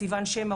סיוון שמע,